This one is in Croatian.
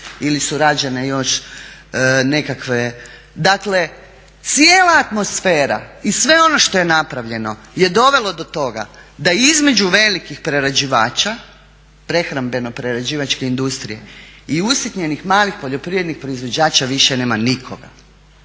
ili su rađene još nekakve. Dakle, cijela atmosfera i sve ono što je napravljeno je dovelo do toga da između velikih prerađivača prehrambeno-prerađivačke industrije i usitnjenih malih poljoprivrednih proizvođača više nema nikoga.